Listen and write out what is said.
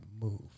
move